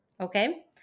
Okay